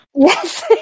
Yes